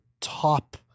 top